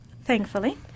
Thankfully